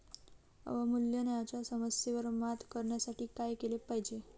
अवमूल्यनाच्या समस्येवर मात करण्यासाठी काय केले पाहिजे?